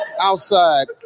outside